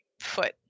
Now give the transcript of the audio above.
foot